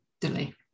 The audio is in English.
Delay